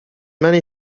many